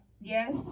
yes